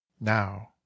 Now